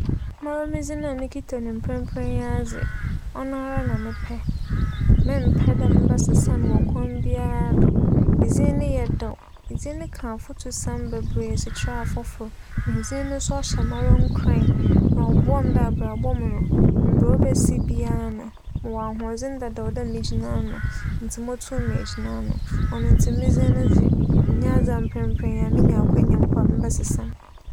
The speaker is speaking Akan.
Mara me dzin a mekita no mprɛmprɛ yi ara dze, ͻnoara na mepɛ. Memmpɛ dɛ mebɛsesa no wͻ kwan biara do. Edzin no yɛ dɛw, edzin no ka afotusɛm beberee dze kyerɛ afofor. Edzin no so hyɛ mara nkuran na ͻboa me dɛ abrabͻ mu no, mbrɛ obesi biara no, mowͻ ahoͻdzen dadaw dɛ megyina ano, ntsi mobotum megyina ano. ͻno ntsi me dzin ne dze, nnyɛ adze a mprɛmprɛ yi menya akwanya mpo mebɛsesa no.